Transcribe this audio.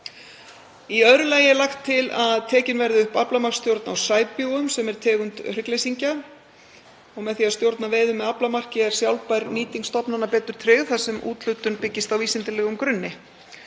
Í öðru lagi er lagt til að tekin verði upp aflamagnsstjórn á sæbjúgum, sem er tegund hryggleysingja. Með því að stjórna veiðum með aflamarki er sjálfbær nýting stofnanna betur tryggð þar sem úthlutun byggist á vísindalegum grunni.